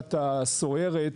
פרשת הסוהרת,